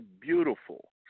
beautiful